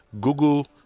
google